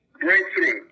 breakthrough